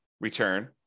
return